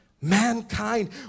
Mankind